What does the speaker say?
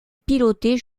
piloté